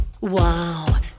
Wow